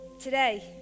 Today